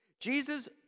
Jesus